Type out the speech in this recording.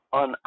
on